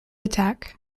attack